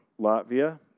Latvia